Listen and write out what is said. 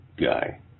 guy